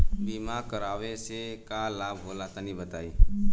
बीमा करावे से का लाभ होला तनि बताई?